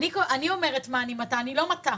אני אומרת מה אני מטה, אני לא מטה,